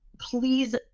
please